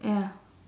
ya